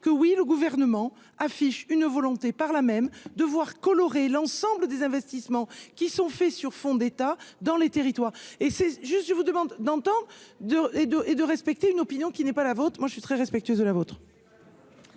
que oui, le gouvernement affiche une volonté par là même de voir colorer l'ensemble des investissements qui sont faits sur fonds d'État dans les territoires et c'est juste, je vous demande d'antan de et de et de respecter une opinion qui n'est pas la vente, moi je suis très respectueux de la vôtre.